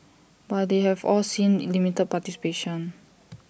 but they have all seen in limited participation